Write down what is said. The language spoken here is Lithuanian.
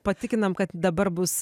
patikinam kad dabar bus